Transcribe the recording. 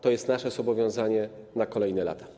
To jest nasze zobowiązanie na kolejne lata.